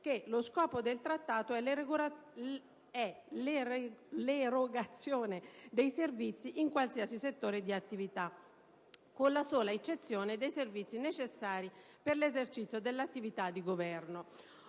che lo «scopo del Trattato è l'erogazione dei servizi in qualsiasi settore di attività, con la sola eccezione dei servizi necessari per l'esercizio dell'attività di Governo».